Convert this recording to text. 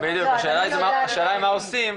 --- השאלה מה עושים?